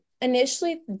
initially